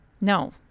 No